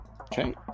Okay